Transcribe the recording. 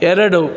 ಎರಡು